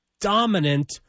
dominant